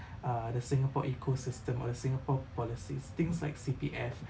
uh the singapore ecosystem or singapore policies things like C_P_F